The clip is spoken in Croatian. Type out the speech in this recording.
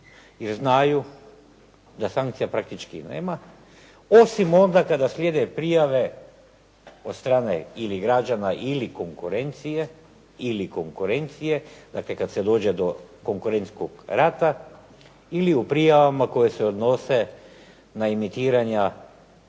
jer znaju da sankcija praktički nema osim onda kada slijede prijave od strane ili građana ili konkurencije. Dakle, kad se dođe do konkurentskog rata ili u prijavama koje se odnose na imitiranja